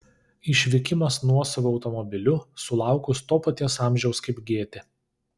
išvykimas nuosavu automobiliu sulaukus to paties amžiaus kaip gėtė